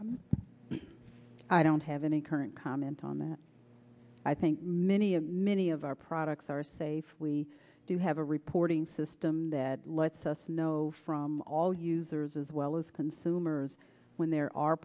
i'm i don't have any current comment on that i think many of many of our products are safe we do have a reporting system that lets us know from all users as well as consumers when there are